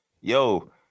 yo